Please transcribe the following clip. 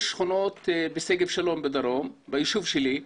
יש שכונות בשגב שלום בדרום, בישוב שלי,